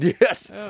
yes